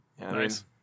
Nice